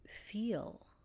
feel